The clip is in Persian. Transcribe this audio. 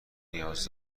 نیاز